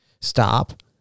stop